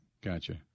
Gotcha